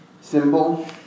Symbol